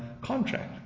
contract